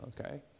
okay